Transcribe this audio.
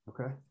Okay